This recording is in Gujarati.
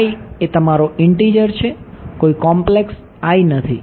તો એ તમારો ઇંટીજર છે કોઈ કોમ્પલેક્સ i નથી